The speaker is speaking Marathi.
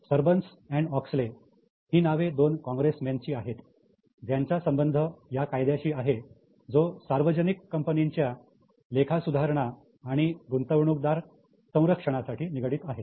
सर्बन्स आणि ऑक्सले ही नावे दोन काँग्रेसमेनची आहेत ज्यांचा संबंध या कायद्याशी आहे जो सार्वजनिक कंपनीच्या लेखा सुधारणा आणि आणि गुंतवणूकदार संरक्षणाशी निगडित आहे